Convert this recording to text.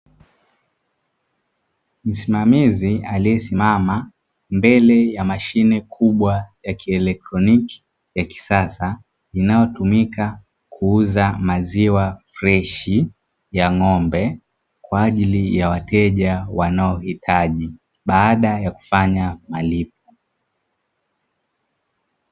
Msimamizi aliesimama mbele ya mashine kubwa ya ki elektroniki ya kisasa, inayotumika kuuza maziwa freshi ya ng'ombe kwaajiri ya wateja wanaohitaji baada ya kufanya malipo.